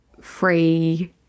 free